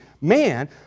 man